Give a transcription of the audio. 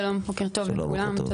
שלום בוקר טוב לכולם,